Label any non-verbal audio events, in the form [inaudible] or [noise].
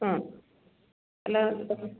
ಹ್ಞೂ [unintelligible]